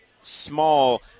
small